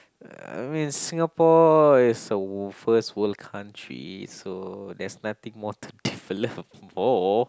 I mean Singapore is a w~ first world country so there's nothing more to develop for